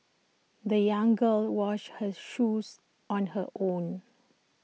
the young girl washed her shoes on her own